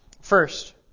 First